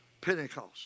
Pentecost